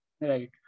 right